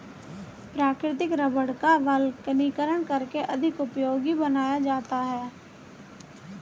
प्राकृतिक रबड़ का वल्कनीकरण करके अधिक उपयोगी बनाया जाता है